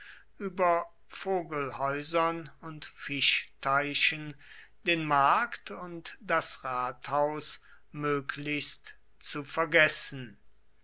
über vogelhäusern und fischteichen den markt und das rathaus möglichst zu vergessen